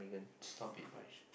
stop it Parish